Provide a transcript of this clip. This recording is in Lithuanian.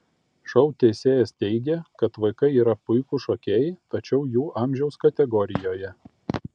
šou teisėjas teigė kad vaikai yra puikūs šokėjai tačiau jų amžiaus kategorijoje